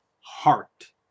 heart